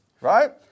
right